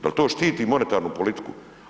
Jel to štiti monetarnu politiku?